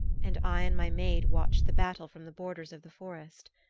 and i and my maid watched the battle from the borders of the forest.